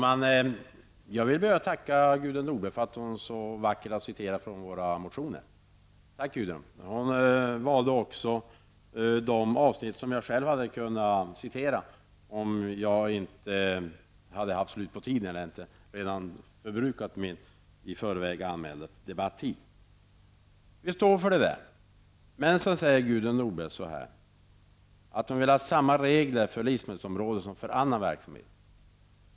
Herr talman! Jag vill tacka Gudrun Norberg för att hon så vackert har citerat ur våra motioner. Tack Gudrun! Hon valde också de avsnitt som jag själv kunde ha citerat, om jag inte redan hade förbrukat min i förväg anmälda debattid. Vi står för detta. Så säger Gudrun Norberg att hon vill ha samma regler för livsmedelsområdet som för annan verksamhet.